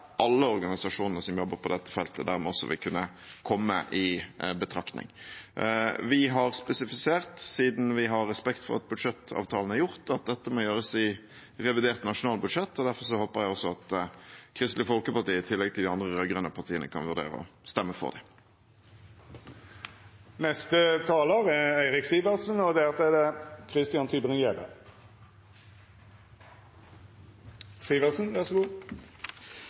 alle organisasjoner som jobber på dette feltet, dermed også vil kunne komme i betraktning. Vi har spesifisert, siden vi har respekt for at budsjettavtalen er gjort, at dette må gjøres i revidert nasjonalbudsjett, og derfor håper jeg også at Kristelig Folkeparti, i tillegg til de rød-grønne partiene, kan vurdere å stemme for det. Jeg har lyst til å ta turen til Svalbard, et område som – som så mange områder i Norge – har behov for omstilling. Det er